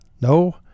No